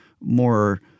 more